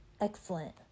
excellent